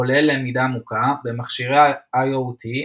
כולל למידה עמוקה, במכשירי ה-IoT,